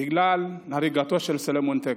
בגלל הריגתו את סלומון טקה.